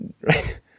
right